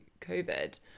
COVID